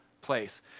place